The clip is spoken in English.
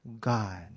God